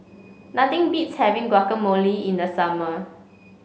nothing beats having Guacamole in the summer